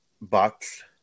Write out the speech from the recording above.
box